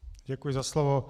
Děkuji za slovo.